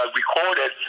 recorded